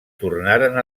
tornaren